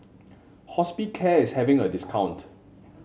Hospicare is having a discount